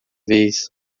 vez